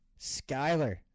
Skyler